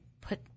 put